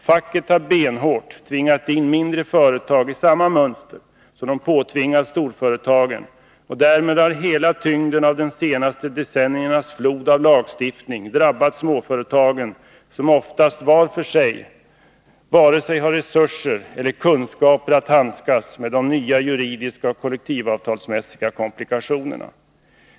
Facket har benhårt tvingat in mindre företag i samma mönster som man påtvingat storföretagen, och därmed har hela tyngden av de senaste decenniernas lagstiftningsflod drabbat småföretagen, som oftast var för sig inte har vare sig resurser eller kunskaper att handskas med de nya juridiska och kollektivavtalsmässiga komplikationerna.